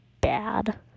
bad